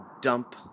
dump